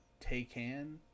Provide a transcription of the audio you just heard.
Taycan